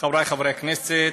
חבריי חברי הכנסת,